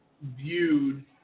viewed